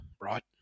right